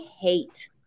hate